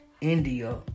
India